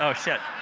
so shit.